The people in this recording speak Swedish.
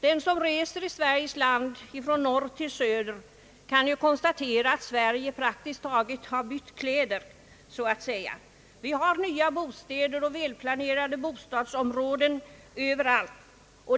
Den som reser i Sveriges land från norr till söder kan konstatera att Sverige praktiskt taget har bytt kläder, så att säga. Vi har nya bostäder och välplanerade bostadsområden överallt.